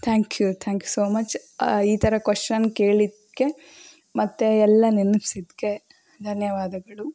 thank you thank you so much ಈ ಥರ question ಕೇಳಿದ್ದಕ್ಕೆ ಮತ್ತೆ ಎಲ್ಲ ನೆನಪ್ಸಿದ್ದಕ್ಕೆ ಧನ್ಯವಾದಗಳು